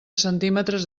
centímetres